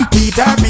Peter